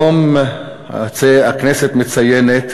היום הכנסת מציינת